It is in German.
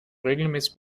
regelmäßig